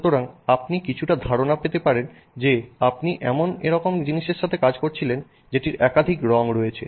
সুতরাং আপনি কিছুটা ধারণা পেতে পারেন যে আপনি এমন একরকম জিনিসের সাথে কাজ করছেন যেটির একাধিক রং রয়েছে